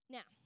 Now